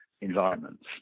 environments